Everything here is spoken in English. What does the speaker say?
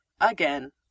again